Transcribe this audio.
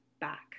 back